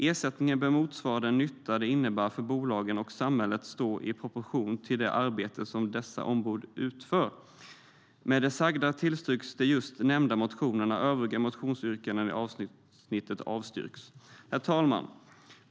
Ersättningen bör motsvara den nytta det innebär för bolagen och samhället och stå i proportion till det arbete som dessa ombud utför. Med det sagda tillstyrks de just nämnda motionerna. Övriga motionsyrkanden i avsnittet avstyrks. Herr talman!